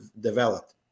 developed